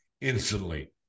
instantly